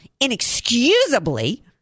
inexcusably